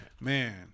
Man